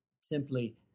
Simply